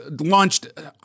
launched